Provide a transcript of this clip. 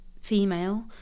female